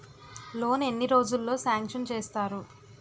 Loan ఎన్ని రోజుల్లో sanction చేస్తారు?